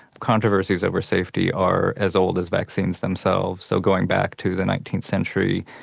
controversies over safety are as old as vaccines themselves, so going back to the nineteenth century,